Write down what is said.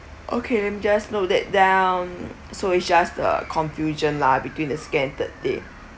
okay I'm just note that down so it's just the confusion lah between the that day